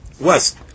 West